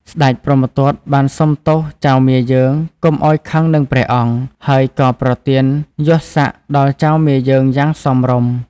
ស្តេចព្រហ្មទត្តបានសុំទោសចៅមាយើងកុំឱ្យខឹងនឹងព្រះអង្គ ហើយក៏ប្រទានយសសក្តិដល់ចៅមាយើងយ៉ាងសមរម្យ។